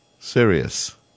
Serious